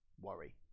worry